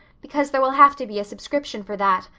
because there will have to be a subscription for that,